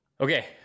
Okay